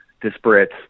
disparate